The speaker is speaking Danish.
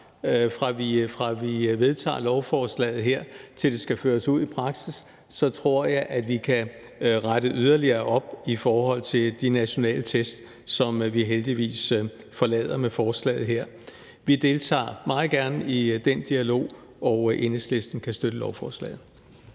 fra vi vedtager lovforslaget her, til det skal føres ud i praksis, kan rette yderligere op i forhold til de nationale test, som vi heldigvis forlader med forslaget her. Vi deltager meget gerne i den dialog, og Enhedslisten kan støtte lovforslaget.